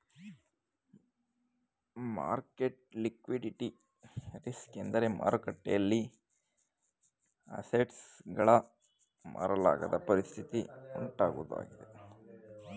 market liquidity risk ಎಂದರೆ ಮಾರುಕಟ್ಟೆಯಲ್ಲಿ assets ಗಳನ್ನು ಮಾರಲಾಗದ ಪರಿಸ್ಥಿತಿ ಉಂಟಾಗುವುದು ಆಗಿದೆ